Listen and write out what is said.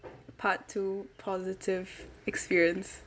part two positive experience